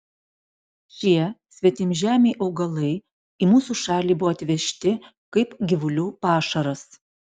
šie svetimžemiai augalai į mūsų šalį buvo atvežti kaip gyvulių pašaras